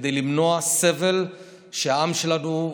כדי למנוע סבל של העם שלנו,